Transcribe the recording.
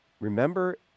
Remember